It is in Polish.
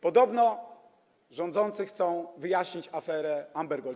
Podobno rządzący chcą wyjaśnić aferę Amber Gold.